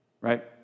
right